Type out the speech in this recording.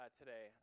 today